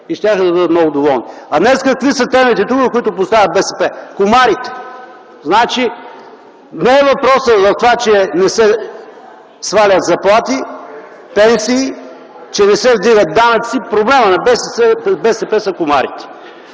да бъдат много доволни. А днес какви са темите, които поставя БСП? – Комарите! Значи не е въпросът за това, че не се свалят заплати, пенсии, че не се вдигат данъци, проблемът на БСП са комарите.